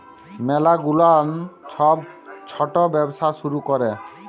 ম্যালা গুলান ছব ছট ব্যবসা শুরু ক্যরে